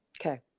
Okay